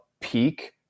peak